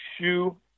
shoe